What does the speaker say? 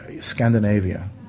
Scandinavia